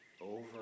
over